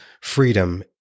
freedom